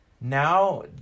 Now